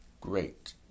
Great